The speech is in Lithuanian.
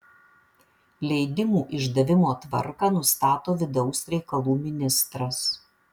leidimų išdavimo tvarką nustato vidaus reikalų ministras